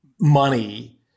money